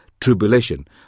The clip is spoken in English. tribulation